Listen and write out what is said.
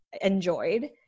enjoyed